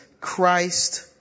Christ